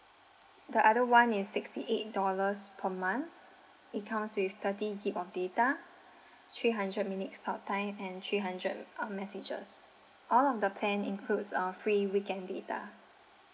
the other one is sixty eight dollars per month it comes with thirty G_B of data three hundred minutes talk time and three hundred uh messages all of the plan includes uh free weekend data